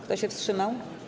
Kto się wstrzymał?